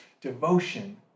devotion